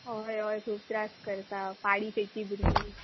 हय हय खूब त्रास करता पाळी खंयची भुरगीं